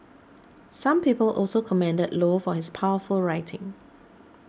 some people also commended Low for his powerful writing